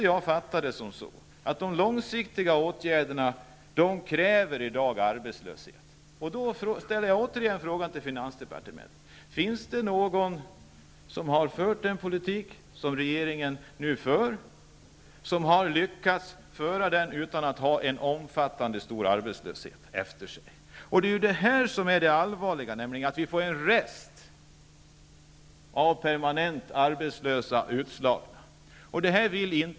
Jag uppfattar det så att de långsiktiga åtgärderna kräver arbetslöshet. Då ställer jag återigen frågan till finansdepartementet: Finns det någon som har lyckats föra den politik som regeringen nu för utan att ha en stor och omfattande arbetslöshet? Detta att vi får en rest av permanent arbetslösa och utslagna är allvarligt.